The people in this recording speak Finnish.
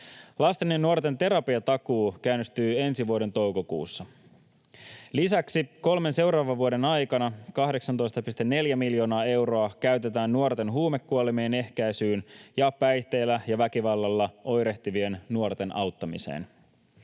Lasten ja nuorten terapiatakuu käynnistyy ensi vuoden toukokuussa. Lisäksi kolmen seuraavan vuoden aikana 18,4 miljoonaa euroa käytetään nuorten huumekuolemien ehkäisyyn ja päihteillä ja väkivallalla oirehtivien nuorten auttamiseen.